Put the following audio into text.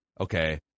Okay